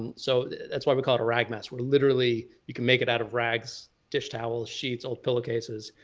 and so that's why we call it a ragmask, where literally, you can make it out of rags, dish towels, sheets, old pillowcases.